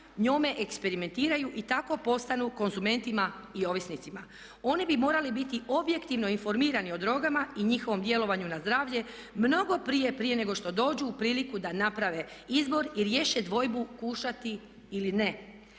njome eksperimentiraju i tako postanu konzumentima i ovisnicima. Oni bi morali biti objektivno informirani o drogama i njihovom djelovanju na zdravlje mnogo prije, prije nego što dođu u priliku da naprave izbor i riješe dvojbu kušati ili ne.